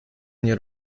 nie